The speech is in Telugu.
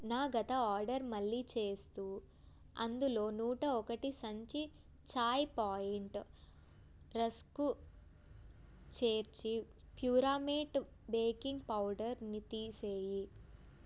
నా గత ఆర్డర్ మళ్ళీ చేస్తూ అందులో నూట ఒకటి సంచి చాయి పాయింట్ రస్కు చేర్చి ప్యూరామేట్ బేకింగ్ పౌడర్ని తీసేయి